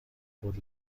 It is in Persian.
خود